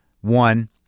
one